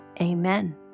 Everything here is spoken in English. Amen